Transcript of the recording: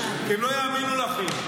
כי הם לא יאמינו לכם.